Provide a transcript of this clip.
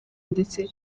ndetse